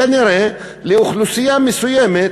כנראה לאוכלוסייה מסוימת,